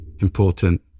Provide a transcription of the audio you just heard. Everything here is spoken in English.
important